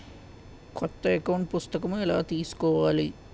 కొత్త అకౌంట్ పుస్తకము ఎలా తీసుకోవాలి?